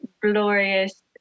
glorious